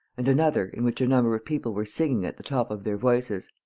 and another in which a number of people were singing at the top of their voices.